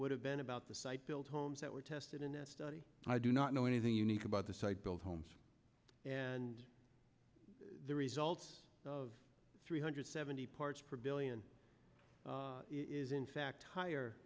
would have been about the site built homes that were tested in this study and i do not know anything unique about the site built homes and the results of three hundred seventy parts per billion is in fact higher